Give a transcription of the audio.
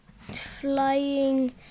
flying